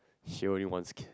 she only wants kid